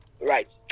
right